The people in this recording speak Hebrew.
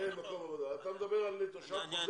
אין להם מקום עבודה, אתה מדבר על תושב חוזר?